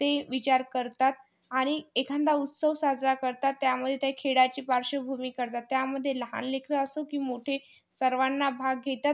ते विचार करतात आणि एखादा उत्सव साजरा करतात त्यामध्ये त्या खेळाची पार्श्वभूमी करतात त्यामध्ये लहान लेकरं असो की मोठे सर्वांना भाग घेतात